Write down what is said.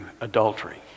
adultery